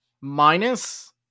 minus